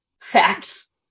facts